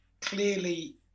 clearly